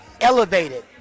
elevated